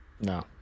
no